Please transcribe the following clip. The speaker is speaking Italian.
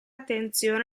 attenzione